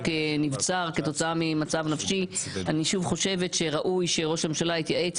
כנבצר כתוצאה ממצב נפשי אני שוב חושבת שראוי שראש הממשלה יתייעץ